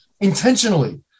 intentionally